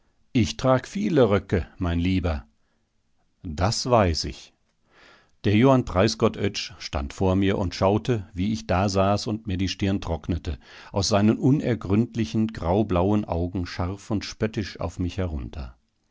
ich trag viele röcke mein lieber das weiß ich der johann preisgott oetsch stand vor mir und schaute wie ich dasaß und mir die stirn trocknete aus seinen unergründlichen graublauen augen scharf und spöttisch auf mich herunter